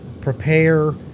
prepare